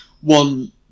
One